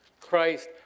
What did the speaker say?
Christ